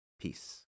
Peace